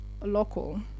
local